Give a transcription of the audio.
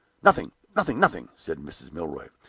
nothing, nothing, nothing, said mrs. milroy.